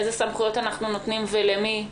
איזה סמכויות אנחנו נותנים ולמי?